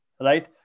right